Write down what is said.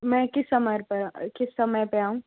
मैं किस समय पर किस समय पर आऊँ